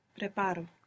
Preparo